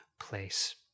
place